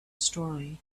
story